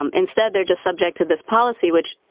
um instead, they're just subject to this policy which,